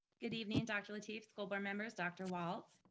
good evening dr. lateef school board members, dr. walts.